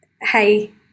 hey